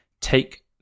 take